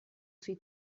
sui